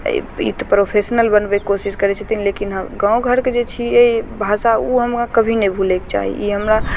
ई तऽ प्रोफेशनल बनबयके कोशिश करय छथिन लेकिन गाँव घरके जे छियै भाषा उ हमरा कभी नहि भुलके चाही ई हमरा